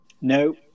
No